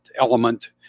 element